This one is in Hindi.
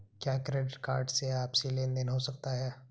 क्या क्रेडिट कार्ड से आपसी लेनदेन हो सकता है?